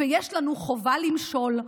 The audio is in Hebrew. ויש לנו חובה למשול.